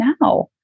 now